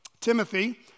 Timothy